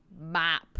map